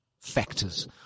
factors